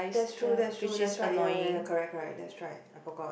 that's true that's true that's right ya ya ya correct correct that's right I forgot